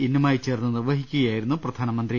ഇന്നുമായി ചേർന്ന് നിർവഹിക്കു കയായിരുന്നു പ്രധാനമന്ത്രി